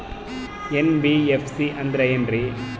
NBFC ಅಂದ್ರ ಏನ್ರೀ?